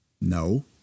No